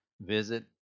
Visit